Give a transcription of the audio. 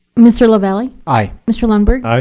mr. lavalley? aye. mr. lundberg? aye.